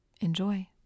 Enjoy